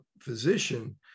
physician